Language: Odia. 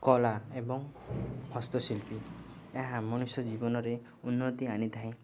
କଳା ଏବଂ ହସ୍ତଶିଳ୍ପୀ ଏହା ମଣିଷ ଜୀବନରେ ଉନ୍ନତି ଆଣିଥାଏ